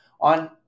on